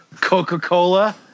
Coca-Cola